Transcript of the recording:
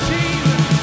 Jesus